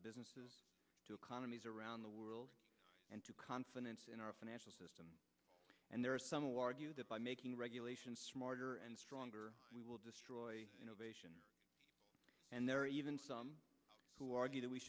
of businesses to economies around the world and to confidence in our financial system and there are some who argue that by making regulation smarter and stronger we will destroy an ovation and there are even some who argue that we